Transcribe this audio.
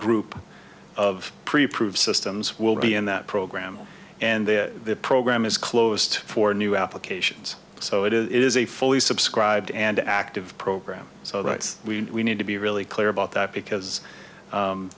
group of pre approved systems will be in that program and the program is closed for new applications so it is a fully subscribed and active program so right we need to be really clear about that because